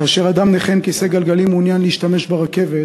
כאשר אדם נכה עם כיסא גלגלים מעוניין להשתמש ברכבת,